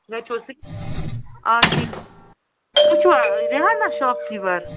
گَرِ چھُو حظ آ ٹھیٖک تُہۍ چھُوا رِہانہ شاپکیٖپَر